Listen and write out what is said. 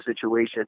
situation